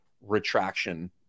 retraction